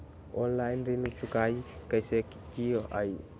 Online ऋण चुकाई कईसे की ञाई?